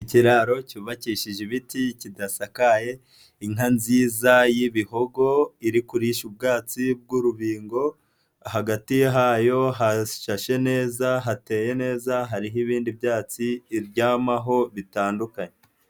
Ikiraro cyubakishije ibiti kidasakaye, inka nziza y'ibihogo iri kurisha ubwatsi bw'urubingo hagati hayo harashyashye neza, hateye neza, hariho ibindi byatsi iryamaho bitandukanye.